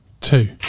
two